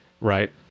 right